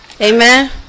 Amen